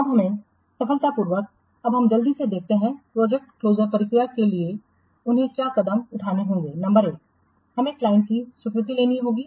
अब हमें सफलतापूर्वक अब हम जल्दी से देखते हैं प्रोजेक्ट क्लोजर प्रक्रिया के लिए उन्हें क्या कदम उठाने होंगे नंबर एक हमें क्लाइंट की स्वीकृति लेनी होगी